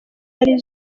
ari